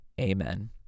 Amen